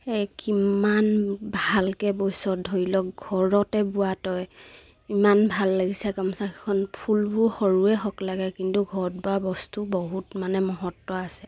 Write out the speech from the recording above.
কিমান ভালকে বৈছ ধৰি লওক ঘৰতে বোৱা তই ইমান ভাল লাগিছে গামোচাখন ফুলবোৰ সৰুৱে হওক লাগে কিন্তু ঘৰত বোৱা বস্তু বহুত মানে মহত্ত্ব আছে